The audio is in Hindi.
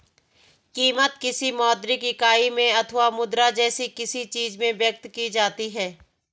कीमत, किसी मौद्रिक इकाई में अथवा मुद्रा जैसी किसी चीज में व्यक्त की जाती है